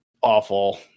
awful